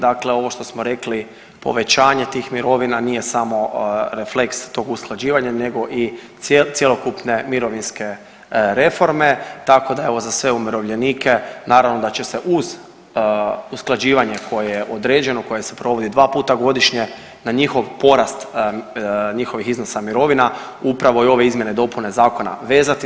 Dakle, ovo što smo rekli povećanje tih mirovina nije samo refleks tog usklađivanja, nego i cjelokupne mirovinske reforme, tako da evo za sve umirovljenike naravno da će se uz usklađivanje koje je određeno, koje se provodi dva puta godišnje na njihov porast njihovih iznosa mirovina upravo i ove izmjene i dopune zakona vezati.